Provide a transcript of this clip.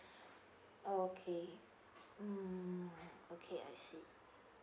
oh okay mm okay I see